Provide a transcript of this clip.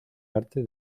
arte